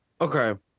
okay